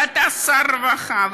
ואתה שר הרווחה,